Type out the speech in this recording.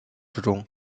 之中